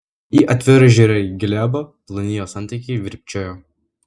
ji atvirai žiūrėjo į glėbą ploni jos antakiai virpčiojo